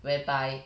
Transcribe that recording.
whereby